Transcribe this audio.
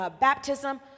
baptism